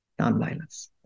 nonviolence